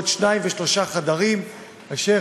של שני חדרים ושלושה.